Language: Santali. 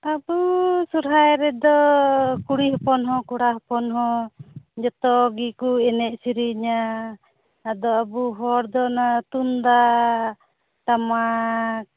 ᱟᱵᱚ ᱥᱚᱨᱦᱟᱭ ᱨᱮᱫᱚ ᱠᱩᱲᱤ ᱦᱚᱯᱚᱱ ᱦᱚᱸ ᱠᱚᱲᱟ ᱦᱚᱯᱚᱱ ᱦᱚᱸ ᱡᱚᱛᱚ ᱜᱮᱠᱚ ᱮᱱᱮᱡ ᱥᱤᱨᱤᱧᱟ ᱟᱫᱚ ᱟᱵᱚ ᱦᱚᱲ ᱚᱱᱟ ᱛᱩᱢᱫᱟᱜ ᱴᱟᱢᱟᱠ